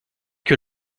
que